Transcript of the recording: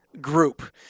group